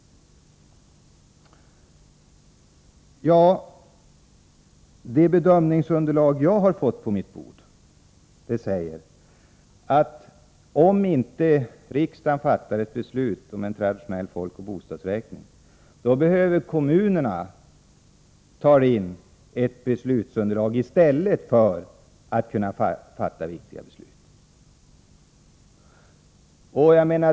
Det bedömningsunderlag som jag har fått säger att om inte riksdagen fattar ett beslut om en traditionell folkoch bostadsräkning, då måste kommunerna i stället ta fram beslutsunderlag för att kunna fatta viktiga beslut.